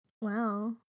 Wow